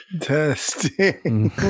testing